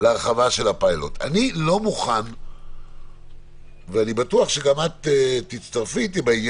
היינו יכולים למצוא את עצמנו במצב שבו רק